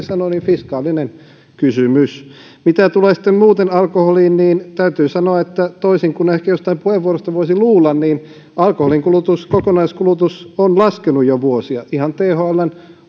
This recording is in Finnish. sanoi fiskaalinen kysymys mitä tulee sitten muuten alkoholiin niin täytyy sanoa että toisin kuin ehkä joistain puheenvuoroista voisi luulla alkoholin kokonaiskulutus on laskenut jo vuosia ihan thln